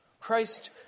Christ